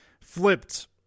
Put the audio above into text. flipped